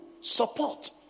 support